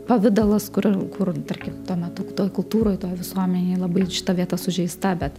pavidalas kur kur tarkim tuo metu toj kultūroj toj visuomenėj labai šita vieta sužeista bet